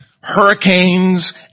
hurricanes